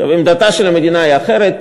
עמדתה של המדינה היא אחרת.